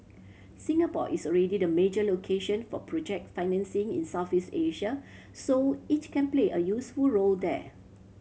Singapore is already the major location for project financing in Southeast Asia so it can play a useful role there